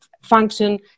function